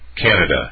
Canada